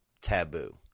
taboo